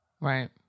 right